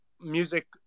music